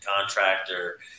contractor